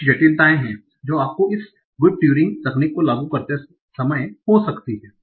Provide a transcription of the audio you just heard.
अब कुछ जटिलताएँ हैं जो आपको इस गुड ट्यूरिंग तकनीक को लागू करते समय हो सकती हैं